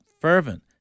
fervent